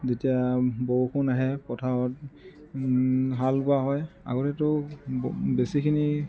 যেতিয়া বৰষুণ আহে পথাৰত হাল বোৱা হয় আগতেতো ব বেছিখিনি